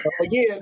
again